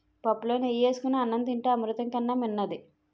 పుప్పులో నెయ్యి ఏసుకొని అన్నం తింతే అమృతం కన్నా మిన్నది